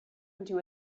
into